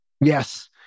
Yes